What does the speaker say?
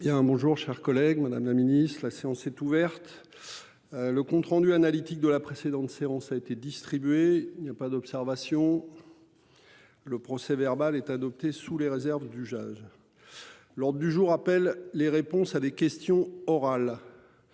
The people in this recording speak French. bonjour chers collègues Madame la Ministre la séance est ouverte. Le compte rendu analytique de la précédente séance a été distribué. Il n'y a pas d'observation. Le procès verbal est adoptée sous les réserves d'usage. L'ordre du jour appelle les réponses à des questions orales.